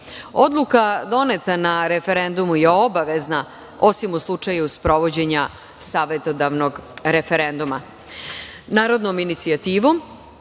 doneta na referendumu je obavezna, osim u slučaju sprovođenja savetodavnog referenduma. Narodnom inicijativom